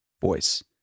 voice